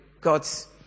God's